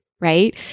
right